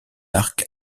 arc